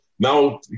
Now